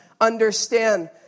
understand